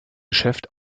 geschäft